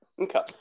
Okay